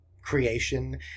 creation